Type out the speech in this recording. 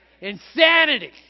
Insanity